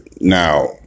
now